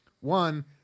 One